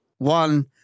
One